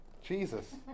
Jesus